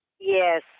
Yes